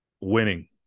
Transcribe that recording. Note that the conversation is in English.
winning